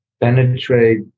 penetrate